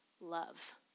love